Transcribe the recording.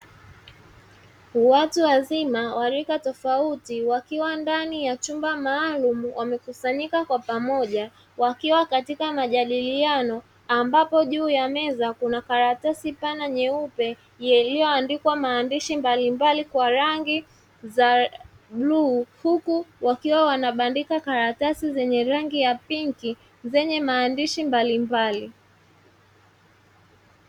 Watu wazima wa rika tofauti wakiwa ndani ya chumba maalumu wamekusanyika kwa pamoja, wakiwa katika majadiliano ambapo juu ya meza kuna karatasi pana nyeupe iliyoandikwa maandishi mbalimbali kwa rangi za bluu, huku wakiwa wanabandika karatasi zenye rangi ya pinki zenye maandishi mbalimbali.